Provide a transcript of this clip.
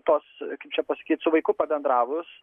tos kaip čia pasakyt su vaiku pabendravus